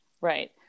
Right